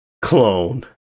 clone